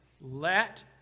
let